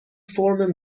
فرم